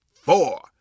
four